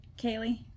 Kaylee